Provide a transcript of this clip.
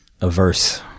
Averse